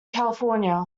california